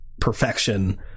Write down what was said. perfection